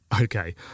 okay